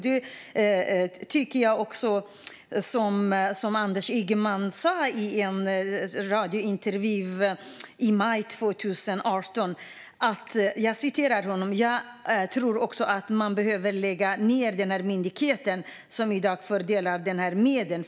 Jag tycker också som Anders Ygeman, som sa så här i en radiointervju i maj 2018: "Jag tror också att man behöver lägga ner den myndighet som i dag fördelar de här medlen.